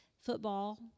football